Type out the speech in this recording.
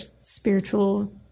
spiritual